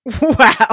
Wow